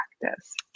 practice